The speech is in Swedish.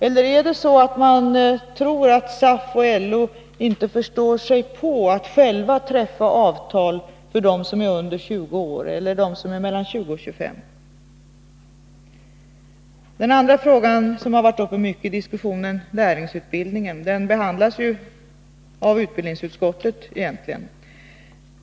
Eller är det så att man tror att SAF och LO inte förstår sig på att själva träffa avtal för dem som är under 20 år eller dem som är mellan 20 och 25 år? Den andra frågan som varit uppe mycket i diskussionen — lärlingsutbildningen — behandlas egentligen av utbildningsutskottet.